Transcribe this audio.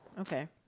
okay